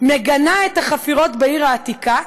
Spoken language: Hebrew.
מגנה את החפירות בעיר העתיקה,